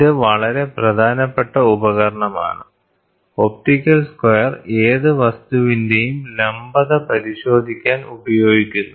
ഇത് വളരെ പ്രധാനപ്പെട്ട ഉപകരണമാണ് ഒപ്റ്റിക്കൽ സ്ക്വയർ ഏത് വസ്തുവിന്റെയും ലംബത പരിശോധിക്കാൻ ഉപയോഗിക്കുന്നു